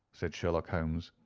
said sherlock holmes.